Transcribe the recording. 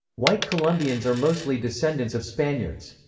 white colombians are mostly descendants of spaniards.